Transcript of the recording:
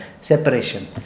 separation